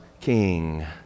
king